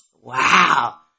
Wow